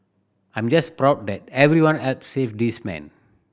I'm just proud that everyone helped save this man